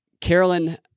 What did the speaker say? Carolyn